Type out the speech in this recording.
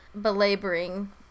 belaboring